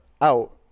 out